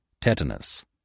Tetanus